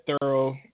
thorough